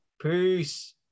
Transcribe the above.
Peace